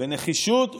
בנחישות וברגישות.